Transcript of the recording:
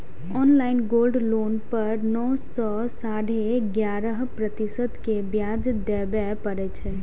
online gold loan पर नौ सं साढ़े ग्यारह प्रतिशत के ब्याज देबय पड़ै छै